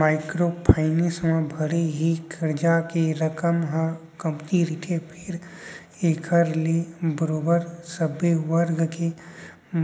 micro finance म भले ही करजा के रकम ह कमती रहिथे फेर एखर ले बरोबर सब्बे वर्ग के